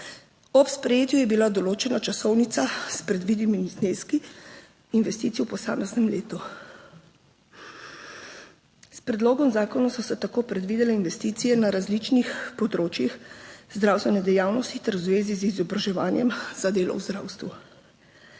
Ob sprejetju je bila določena časovnica s predvidenimi zneski investicij v posameznem letu. S predlogom zakona so se tako predvidele investicije na različnih področjih zdravstvene dejavnosti ter v zvezi z izobraževanjem za delo v zdravstvu.